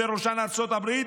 ובראשן ארצות הברית,